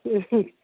उम हुम